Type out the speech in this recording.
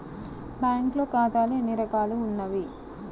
బ్యాంక్లో ఖాతాలు ఎన్ని రకాలు ఉన్నావి?